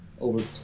over